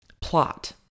plot